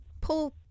pull